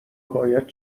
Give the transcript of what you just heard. باید